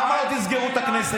למה לא תסגרו את הכנסת?